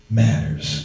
matters